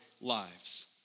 lives